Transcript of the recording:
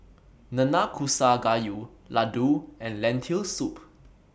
Nanakusa Gayu Ladoo and Lentil Soup